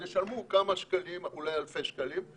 אז ישלמו כמה שקלים ואולי אלפי שקלים,